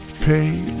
Pay